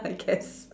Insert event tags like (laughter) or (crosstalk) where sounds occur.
I guess (laughs)